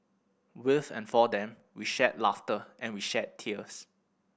with and for them we shared laughter and we shed tears